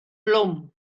blwm